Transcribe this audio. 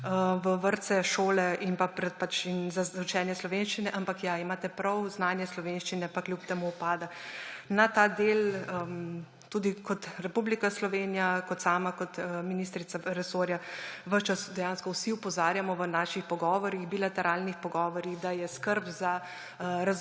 v vrtce, šole in za učenje slovenščine; ampak ja, imate prav, znanje slovenščine pa kljub temu upada. Na ta del tudi kot Republika Slovenija, kot tudi sama kot ministrica resorja ves čas dejansko vsi opozarjamo v naših bilateralnih pogovorih, da je skrb za razvoj